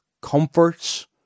comforts